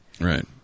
right